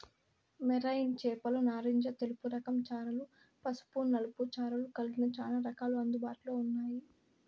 marine చేపలు నారింజ తెలుపు రకం చారలు, పసుపు నలుపు చారలు కలిగిన చానా రకాలు అందుబాటులో ఉన్నాయి